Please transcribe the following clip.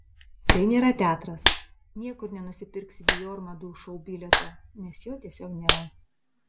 tai nėra teatras niekur nenusipirksi dior madų šou bilieto nes jo tiesiog nėra